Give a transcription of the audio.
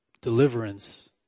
deliverance